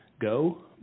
go